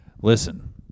Listen